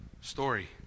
story